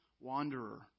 wanderer